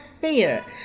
fear